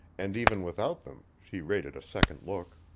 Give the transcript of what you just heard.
and even without them, she rated a second look.